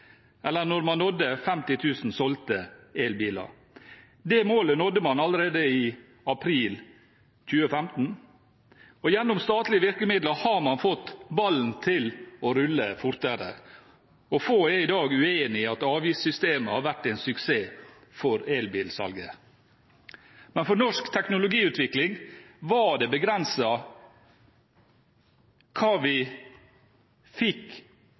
eller når man nådde 50 000 solgte elbiler. Det målet nådde man allerede i april 2015. Gjennom statlige virkemidler har man fått ballen til å rulle fortere, og få er i dag uenig i at avgiftssystemet har vært en suksess for elbilsalget. Men for norsk teknologiutvikling var det begrenset hva vi fikk